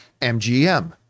MGM